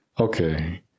okay